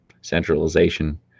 centralization